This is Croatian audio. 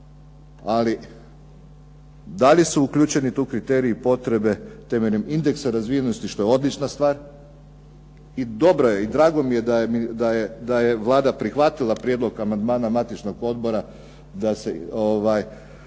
ali da li su tu uključeni kriteriji potrebe temeljem indeksa razvijenosti što je odlična stvar i drago mi je da je Vlada prihvatila prijedlog amandmana matičnog odbora nakon